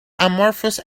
amorphous